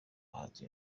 abahanzi